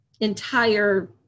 entire